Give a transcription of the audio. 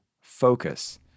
focus